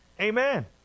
Amen